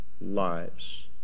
lives